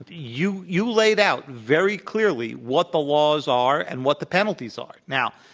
ah you you laid out very clearly what the laws are and what the penalties are. now,